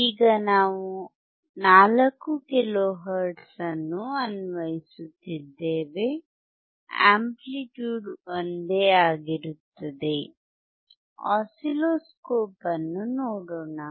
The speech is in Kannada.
ಈಗ ನಾವು 4 ಕಿಲೋ ಹರ್ಟ್ಜ್ ಅನ್ನು ಅನ್ವಯಿಸುತ್ತಿದ್ದೇವೆ ಅಂಪ್ಲಿಟ್ಯೂಡ್ ಒಂದೇ ಆಗಿರುತ್ತದೆ ಆಸಿಲ್ಲೋಸ್ಕೋಪ್ ಅನ್ನು ನೋಡೋಣ